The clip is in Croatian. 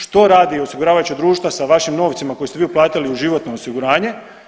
Što rade osiguravajuća društva sa vašim novcima koje ste vi uplatili u životno osiguranje?